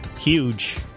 huge